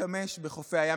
להשתמש בחופי הים,